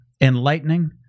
enlightening